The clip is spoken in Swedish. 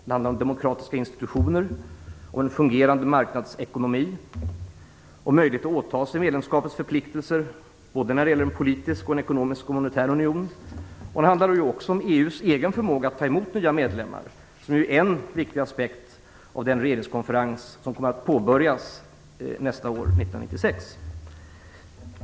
Det handlar om demokratiska institutioner, en fungerande marknadsekonomi och möjligheter att åta sig medlemskapets förpliktelser när det gäller en politisk, ekonomisk och monetär union. Det handlar också om EU:s egen förmåga att ta emot nya medlemmar. Det är en viktig aspekt av den regeringskonferens som kommer att påbörjas nästa år, 1996.